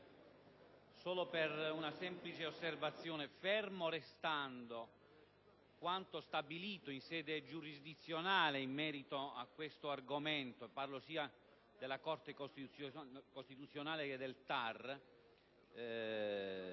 fare una semplice osservazione. Fermo restando quanto stabilito in sede giurisdizionale in merito a questo argomento (mi riferisco alla Corte costituzionale e al TAR),